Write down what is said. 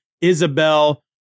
Isabel